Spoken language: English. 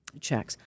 checks